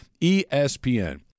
ESPN